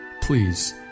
please